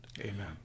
Amen